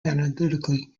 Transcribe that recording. analytically